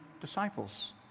disciples